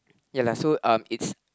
ya lah so um it's